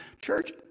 Church